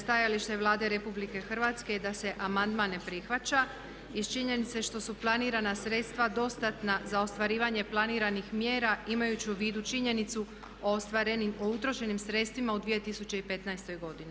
Stajalište Vlade RH je da se amandman ne prihvaća iz činjenice što su planirana sredstva dostatna za ostvarivanje planiranih mjera imajući u vidu činjenicu o utrošenim sredstvima u 2015. godini.